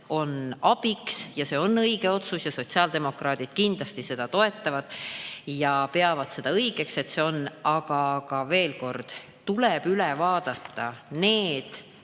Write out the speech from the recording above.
on abiks. See on õige otsus. Sotsiaaldemokraadid kindlasti seda toetavad ja peavad seda õigeks. Aga veel kord: tuleb üle vaadata need